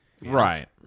Right